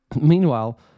Meanwhile